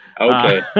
okay